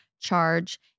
charge